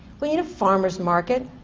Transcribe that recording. we need a farmers market,